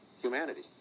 humanity